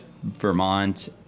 Vermont